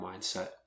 mindset